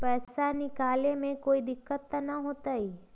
पैसा निकाले में कोई दिक्कत त न होतई?